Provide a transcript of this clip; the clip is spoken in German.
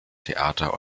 theater